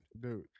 Dude